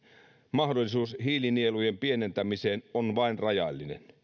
mahdollisuus hiilinielujen pienentämiseen on vain rajallinen